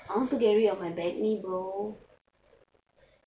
I want to get rid of my acne bro